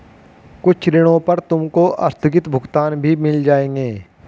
कुछ ऋणों पर तुमको आस्थगित भुगतान भी मिल जाएंगे